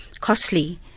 costly